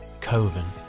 Coven